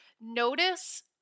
notice